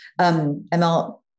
ML